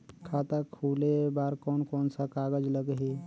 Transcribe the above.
खाता खुले बार कोन कोन सा कागज़ लगही?